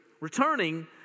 Returning